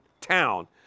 town